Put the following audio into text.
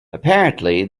apparently